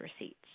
receipts